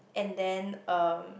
and then um